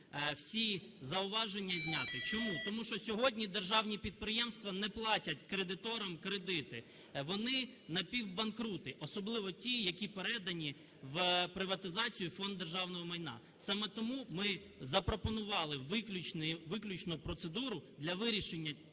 Всі зауваження зняті. Чому? Тому що сьогодні державні підприємства не платять кредиторам кредити. Вони напівбанкрути, особливо ті, які передані в приватизацію в Фонд державного майна. Саме тому ми запропонували виключно процедуру для вирішення